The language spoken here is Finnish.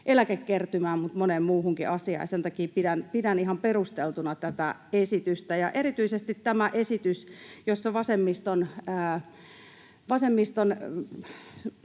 eläkekertymään mutta moneen muuhunkin asiaan, ja sen takia pidän ihan perusteltuna tätä esitystä. Erityisesti tämä esitys, jossa vasemmiston